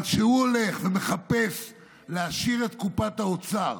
אבל כשהוא הולך ומחפש להעשיר את קופת האוצר